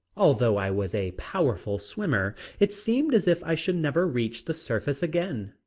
although i was a powerful swimmer it seemed as if i should never reach the surface again.